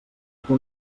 que